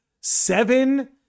Seven